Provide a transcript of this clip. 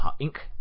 Ink